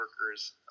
workers